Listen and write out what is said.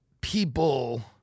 people